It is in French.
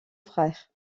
frère